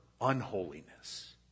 unholiness